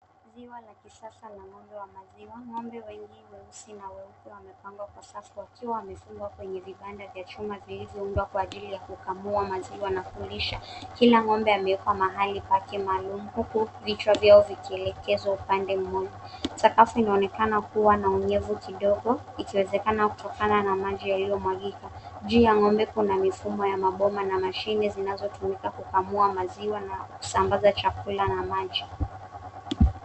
Ziwa la kisasa la ng'ombe wa maziwa, ng'ombe wengi weusi na weupe wamepangwa kwa safu wakiwa wamefungwa kwenye vibanda vya chuma vilizo undwa kwa ajili ya kukamua maziwa na kulisha. Kila ng'ombe ame ekwa mahali pake maalum huku vichwa zao ziki elekezwa upande moja. Sakafu inaonekana kuwa na unyevu kidogo ikiwezakana kutokana na maji yaliyo mwagika, juu ya ng'ombe kuna mifumo ya mabomba na mashine zinazo tumika ku kamua maziwa na kusambaza chakula na maji.